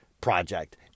project